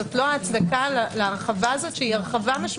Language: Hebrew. זו לא ההצדקה להרחבה הזו שהיא משמעותית.